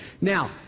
Now